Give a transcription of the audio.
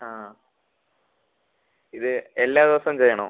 ആ ഇത് എല്ലാ ദിവസവും ചെയ്യണോ